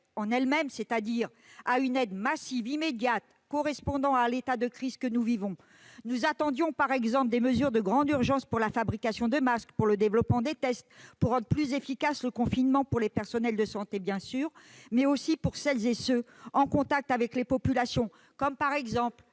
en elle-même, c'est-à-dire à une aide massive, immédiate, à la hauteur de l'état de crise que nous vivons ? Nous attendions par exemple des mesures pour accroître en urgence la production de masques, pour développer les tests, pour rendre plus efficace le confinement pour les personnels de santé, bien sûr, mais aussi pour celles et ceux qui sont en contact avec la population, comme les